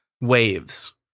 waves